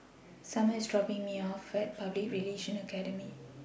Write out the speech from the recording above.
Summer IS dropping Me off At Public Relations Academy